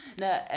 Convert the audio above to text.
No